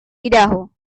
idaho